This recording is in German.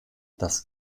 das